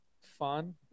fun